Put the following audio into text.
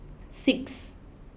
six